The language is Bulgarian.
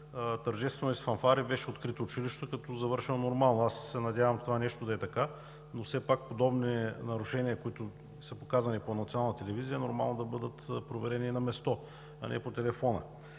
тържествено и с фанфари, училището беше открито завършено. Надявам се това нещо да е така, но все пак подобни нарушения, които са показани по национална телевизия, е нормално да бъдат проверени на място, а не по телефона.